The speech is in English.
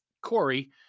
Corey